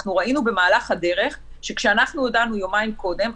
אנחנו ראינו במהלך הדרך שכשאנחנו הודענו יומיים קודם,